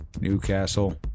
Newcastle